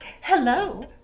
Hello